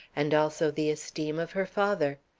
and also the esteem of her father.